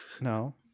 No